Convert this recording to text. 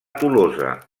tolosa